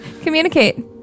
Communicate